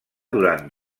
durant